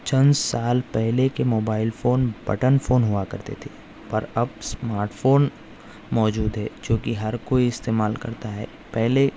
چند سال پہلے کے موبائل فون بٹن فون ہوا کرتے تھے پر اب اسمارٹ فون موجود ہے جو کہ ہر کوئی استعمال کرتا ہے پہلے